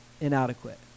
inadequate